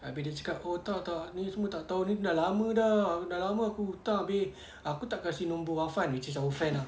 abeh dia cakap oh tak tak ni semua tak tahu ni dah lama dah dah lama aku hutang abeh aku tak kasi nombor wafan which is our friend ah